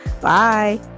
bye